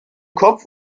kopf